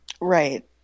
Right